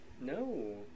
No